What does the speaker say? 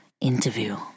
interview